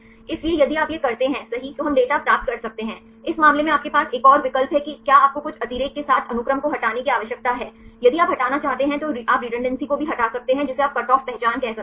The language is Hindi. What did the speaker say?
इसलिए यदि आप यह करते हैं सही तो हम डेटा प्राप्त कर सकते हैं इस मामले में आपके पास एक और विकल्प है कि क्या आपको कुछ अतिरेक के साथ अनुक्रम को हटाने की आवश्यकता है यदि आप हटाना चाहते हैं तो आप रिडण्डेंसी को भी हटा सकते हैं जिसे आप कटऑफ पहचान कह सकते हैं